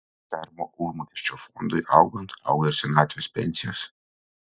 darbo užmokesčio fondui augant auga ir senatvės pensijos